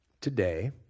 Today